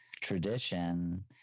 tradition